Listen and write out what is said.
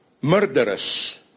murderous